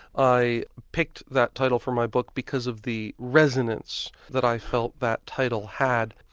i picked that title for my book because of the resonance that i felt that title had.